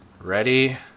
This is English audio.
ready